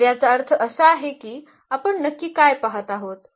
तर याचा अर्थ असा आहे की आपण नक्की काय पहात आहोत